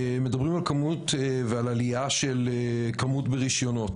מדברים על עלייה של כמות הרישיונות,